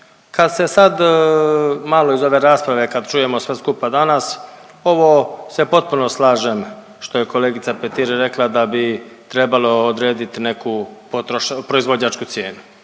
Kad se sad malo iz ove rasprave, kad čujemo sve skupa danas, ovo se potpuno slažem što je kolegica Petir rekla da bi trebalo odredit neku proizvođačku cijenu